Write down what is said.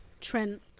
Trent